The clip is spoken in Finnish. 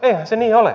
eihän se niin ole